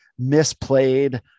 misplayed